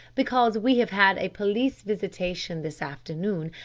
because we have had a police visitation this afternoon,